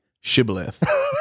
Shibboleth